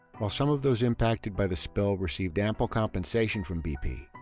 while some of those impacted by the spill received ample compensation from bp,